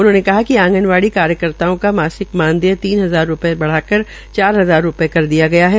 उन्होंने बताया कि आंगनवाड़ी कार्यकर्ताओं का मासिक मानदेय तीन हजार रूपये से बढ़ाकर चार हजार रूपये कर दिया गया है